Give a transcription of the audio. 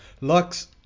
Lux